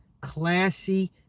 classy